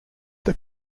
the